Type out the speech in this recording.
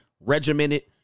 regimented